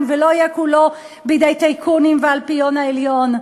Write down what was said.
ולא יהיה כולו בידי טייקונים והאלפיון העליון,